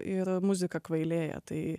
ir muzika kvailėja tai